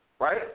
right